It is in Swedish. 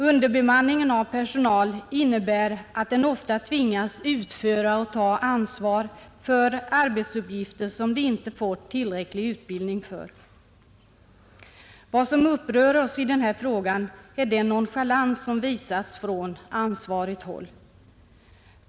Underbemanningen innebär att de anställda ofta tvingas utföra och ta ansvar för arbetsuppgifter som de inte har fått tillräcklig utbildning för. Vad som upprör oss i detta fall är den nonchalans som visas från ansvarigt håll.